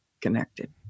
connected